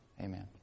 Amen